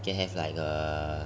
can have like a